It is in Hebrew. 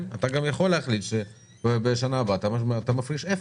אתה גם יכול להחליט שבשנה הבאה אתה מפריש אפס.